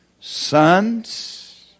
Sons